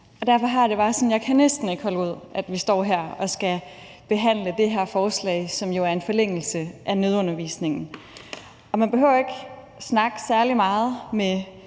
sådan, at jeg næsten ikke kan holde ud, at vi står her og skal behandle det her forslag, som jo er en forlængelse af nødundervisningen. Man behøver ikke snakke særlig meget med